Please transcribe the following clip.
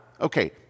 Okay